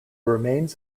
remains